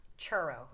churro